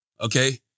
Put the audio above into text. Okay